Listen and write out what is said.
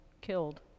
killed